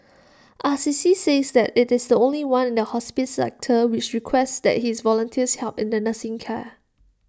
Assisi says that IT is the only one in the hospice sector which requests that its volunteers help in the nursing care